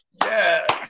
Yes